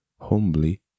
humbly